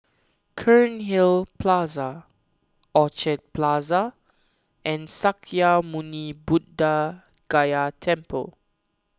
Cairnhill Plaza Orchard Plaza and Sakya Muni Buddha Gaya Temple